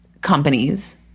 companies